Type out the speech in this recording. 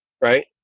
Right